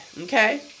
okay